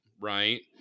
right